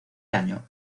año